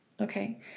okay